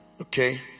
Okay